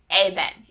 Amen